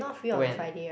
when